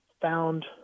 found